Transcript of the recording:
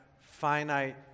finite